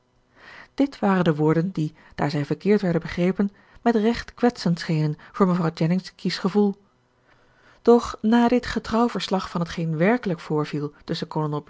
dit waren de woorden die daar zij verkeerd werden begrepen met recht kwetsend schenen voor mevrouw jennings kiesch gevoel doch na dit getrouw verslag van t geen werkelijk voorviel tusschen